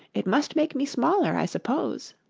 it must make me smaller, i suppose